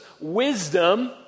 wisdom